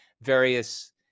various